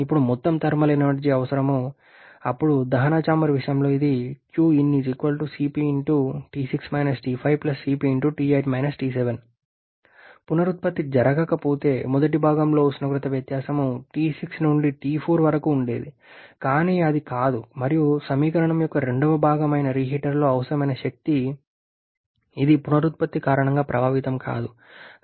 ఇప్పుడు మొత్తం thermal energy అవసరం అప్పుడు దహన చాంబర్ విషయంలో ఇది పునరుత్పత్తి జరగకపోతే మొదటి భాగంలో ఉష్ణోగ్రత వ్యత్యాసం T6 నుండి T4 వరకు ఉండేది కానీ అది కాదు మరియు సమీకరణం యొక్క రెండవ భాగం అయిన రీహీటర్లో అవసరమైన శక్తి ఇది పునరుత్పత్తి కారణంగా ప్రభావితం కాదు